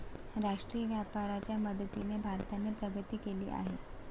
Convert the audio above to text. आंतरराष्ट्रीय व्यापाराच्या मदतीने भारताने प्रगती केली आहे